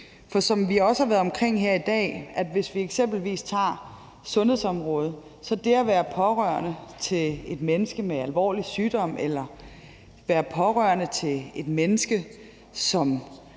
For som vi også har været omkring her i dag, hvis vi f.eks. tager sundhedsområdet, er det at være pårørende til et menneske med alvorlig sygdom eller være pårørende til et menneske, som